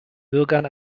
bürgern